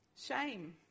shame